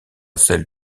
celle